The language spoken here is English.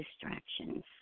distractions